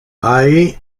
hay